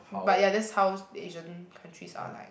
but ya that's how the Asian countries are like